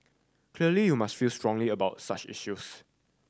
clearly you must feel strongly about such issues